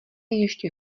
ještě